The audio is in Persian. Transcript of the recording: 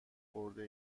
خورده